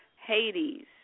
Hades